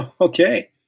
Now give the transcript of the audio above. Okay